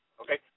Okay